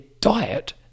diet